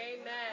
Amen